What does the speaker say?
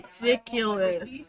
ridiculous